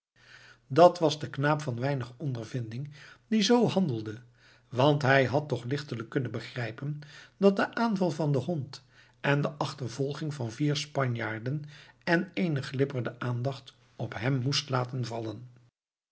dat was de knaap van weinig ondervinding die zoo handelde want hij had toch lichtelijk kunnen begrijpen dat de aanval van den hond en de achtervolging van vier spanjaarden en eenen glipper de aandacht op hem moest laten vallen